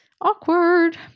awkward